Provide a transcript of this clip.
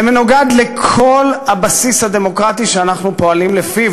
זה מנוגד לכל הבסיס הדמוקרטי שאנחנו פועלים לפיו.